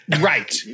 Right